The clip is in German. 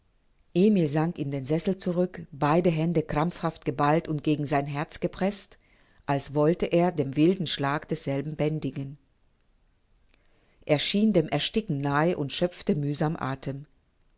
emil sank in den sessel zurück beide hände krampfhaft geballt und gegen sein herz gepreßt als wollte er den wilden schlag desselben bändigen er schien dem ersticken nahe und schöpfte mühsam athem